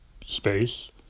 space